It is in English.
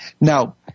Now